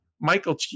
michael